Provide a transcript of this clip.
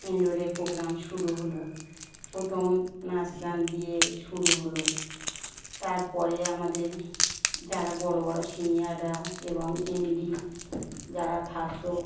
ইন্ডোরের programme শুরু হলো প্রথম নাচ গান দিয়ে শুরু হলো তারপরে আমাদের যারা বড়ো বড়ো সিনিয়ররা এবং এম ডি যারা থাকতো